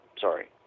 Sorry